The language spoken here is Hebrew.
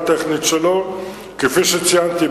כפי שציינתי,